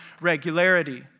regularity